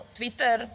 Twitter